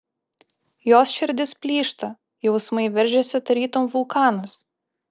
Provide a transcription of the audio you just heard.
jos širdis plyšta jausmai veržiasi tarytum vulkanas